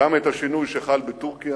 גם את השינוי שחל בטורקיה,